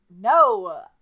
no